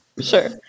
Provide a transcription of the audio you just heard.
Sure